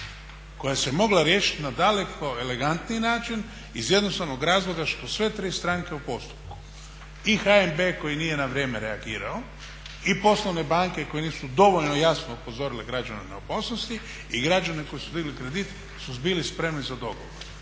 koja se mogla riješiti na daleko elegantniji način iz jednostavnog razloga što sve tri stranke u postupku i HNB koji nije na vrijeme reagirao i poslovne banke koje nisu dovoljno jasno upozorile građane na opasnosti i građane koji su digli kredit su bili spremni za dogovor.